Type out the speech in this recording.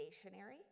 stationary